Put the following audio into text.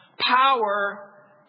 Power